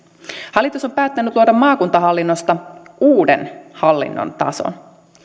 hallitus on päättänyt luoda maakuntahallinnosta uuden hallinnontason